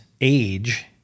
age